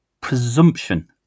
presumption